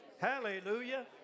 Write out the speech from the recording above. Hallelujah